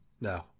No